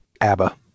Abba